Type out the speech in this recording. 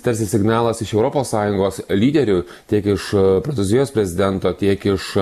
tarkis tarsi signalas iš europos sąjungos lyderių tiek iš prancūzijos prezidento tiek iš